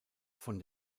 von